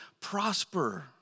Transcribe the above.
prosper